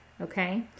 Okay